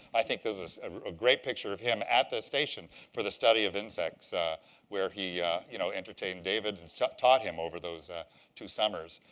i think this is a great picture of him at the station for the study of insects where he you know entertained david and taught him over those two summers.